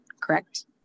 correct